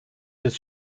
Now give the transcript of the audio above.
des